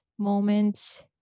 moments